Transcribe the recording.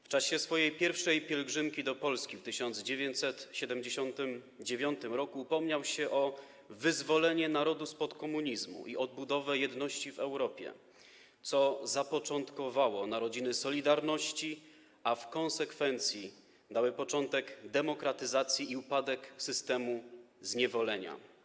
W czasie swojej pierwszej pielgrzymki do Polski w 1979 r. upomniał się o wyzwolenie narodu spod komunizmu i odbudowę jedności w Europie, co zapoczątkowało narodziny solidarności, a w konsekwencji dało początek demokratyzacji i przyspieszyło upadek systemu zniewolenia.